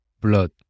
blood